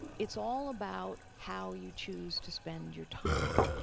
it's all about how you choose to spend your time.